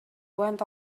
went